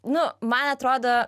nu man atrodo